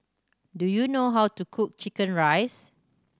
do you know how to cook chicken rice